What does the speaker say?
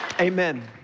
amen